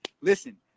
listen